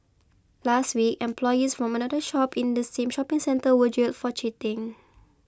last week employees from another shop in the same shopping centre were jailed for cheating